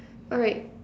alright